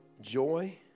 joy